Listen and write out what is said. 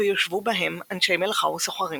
ויושבו בהם אנשי מלאכה וסוחרים.